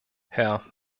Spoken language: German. herr